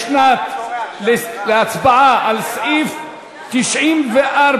לשנת התקציב 2015,